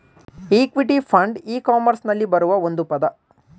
equity fund ಇ ಕಾಮರ್ಸ್ನಲ್ಲಿ ಬರುವ ಒಂದು ಪದ